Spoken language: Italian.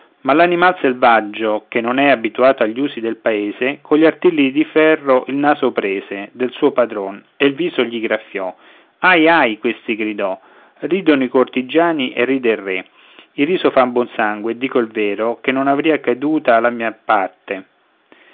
ma l'animal selvaggio che non è abituato agli usi del paese cogli artigli di ferro il naso prese del suo padron e il viso gli graffiò ahi ahi questi gridò ridono i cortigiani e ride il re il riso fa buon sangue e dico il vero che non avria ceduta la mia parte